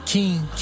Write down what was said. King